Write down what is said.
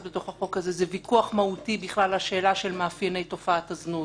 בחוק הזה זה ויכוח מהותי בשאלה של מאפייני תופעת הזנות.